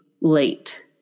late